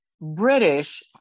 British